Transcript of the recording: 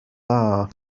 dda